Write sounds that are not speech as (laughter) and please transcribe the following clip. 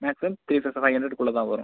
maximum (unintelligible) five ஹண்ட்ரடுக்குள்ளே தான் வரும்